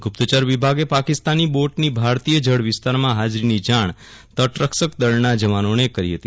ગુપ્તચર વિભાગે પાકિસ્તાની બોટની ભારતીય જળવિસ્તારમાં હાજરીની જાણ તટરક્ષક દળના જવાનોને કરી હતી